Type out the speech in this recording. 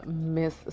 miss